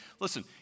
Listen